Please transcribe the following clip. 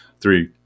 three